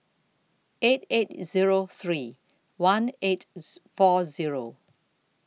eight eight Zero three one eight four Zero